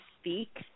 speak